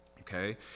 okay